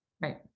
Right